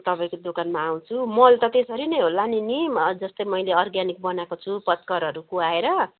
तपाईँको दोकानमा आउँछु मल त त्यसरी नै होला नि नि जस्तै मैले अर्गानिक बनाएको छु पत्करहरू कुहाएर